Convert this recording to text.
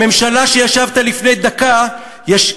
בממשלה שבה ישבת לפני דקה יש,